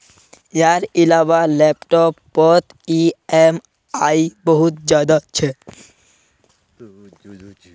यार इलाबा लैपटॉप पोत ई ऍम आई बहुत ज्यादा छे